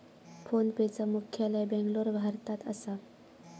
फोनपेचा मुख्यालय बॅन्गलोर, भारतात असा